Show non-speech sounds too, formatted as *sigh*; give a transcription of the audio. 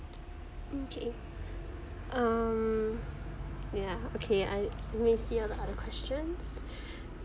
okay um wait ah okay I let me see uh the other questions *breath*